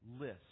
list